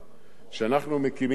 שאנחנו מקימים בחוק